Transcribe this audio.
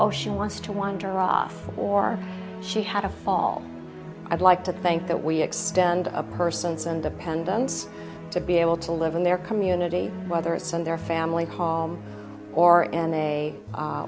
ocean wants to wander off or she had a fall i'd like to think that we extend a person's independence to be able to live in their community whether it's in their family home or in a